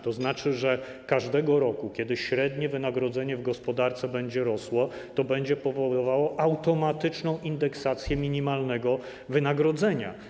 To znaczy, że każdego roku, kiedy średnie wynagrodzenie w gospodarce będzie rosło, to będzie powoływało automatyczną indeksację minimalnego wynagrodzenia.